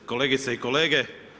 Kolegice i kolege.